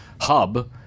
hub